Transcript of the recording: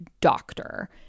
doctor